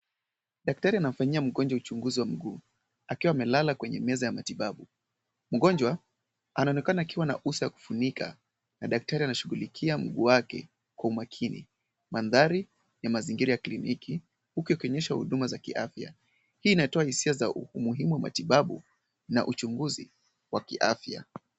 Daktari anamfanyia mgonjwa uchunguzi wa mguu akiwa amelala kwenye meza ya matibabu. Mgonjwa anaonekana akiwa na uso wa kufunika na daktari anashughulikia mguu wake kwa umakini. Mandhari ni ya mazingira ya kliniki huku yakionyesha huduma za kiafya. Hii inatoa hisia za umuhimu wa matibabu na uchunguzi wa kiafya.